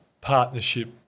partnership